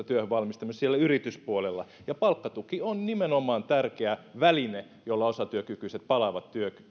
työhön valmistamista siellä yrityspuolella ja palkkatuki on nimenomaan tärkeä väline jolla osatyökykyiset palaavat